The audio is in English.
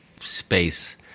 space